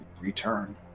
return